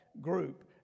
group